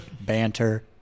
banter